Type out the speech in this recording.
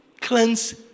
cleanse